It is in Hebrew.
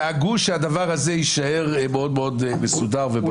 דאגו שהדבר הזה יישאר מאוד מסודר וברור.